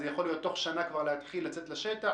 אז יכול להיות בתוך שנה אפשר לצאת לשטח.